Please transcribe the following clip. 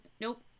nope